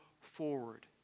forward